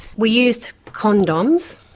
we used condoms.